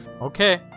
Okay